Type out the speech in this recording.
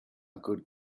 good